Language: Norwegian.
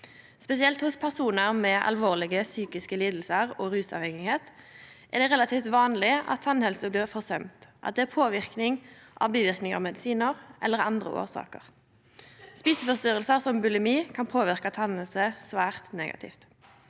Spesielt hos personar med alvorlege psykiske lidingar og rusavhengigheit er det relativt vanleg at tannhelse blir forsømt, og at det er påverking frå biverknadar av medisinar eller andre årsaker. Eteforstyrringar som bulimi kan påverke tannhelse svært negativt.